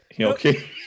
okay